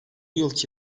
yılki